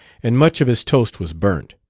and much of his toast was burnt.